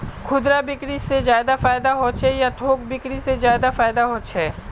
खुदरा बिक्री से ज्यादा फायदा होचे या थोक बिक्री से ज्यादा फायदा छे?